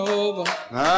over